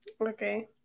Okay